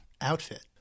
outfit